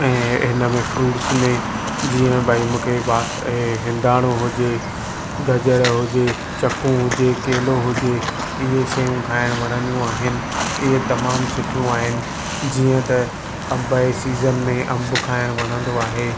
ऐं हिन में फ्रूट्स में जीअं भई मूंखे ए हिंदाणो हुजे गजर हुजे चकूं हुजे केलो हुजे इहे शयूं खाइणु वणंदियूं आहिनि इहे तमामु सुठियूं आहिनि जीअं त अंब जे सीज़न में अंबु खाइणु वणंदो आहे